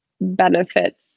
benefits